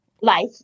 Life